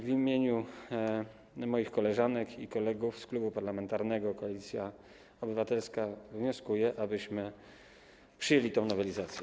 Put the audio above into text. W imieniu moich koleżanek i kolegów z Klubu Parlamentarnego Koalicja Obywatelska wnioskuję, abyśmy przyjęli tę nowelizację.